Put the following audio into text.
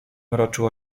raczyła